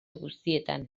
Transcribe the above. guztietan